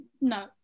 no